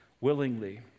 willingly